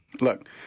look